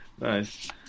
Nice